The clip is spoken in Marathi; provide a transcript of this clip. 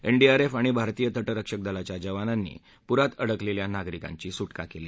एनडीआरएफ आणि भारतीय तटरक्षक दलाच्या जवानांची पूरात अडकलेल्या नागरिकांची सुटका केली